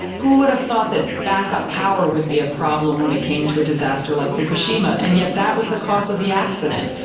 who would have thought that backup power would be a problem when it came to a disaster like fukushima, and yet that was the cause of the accident.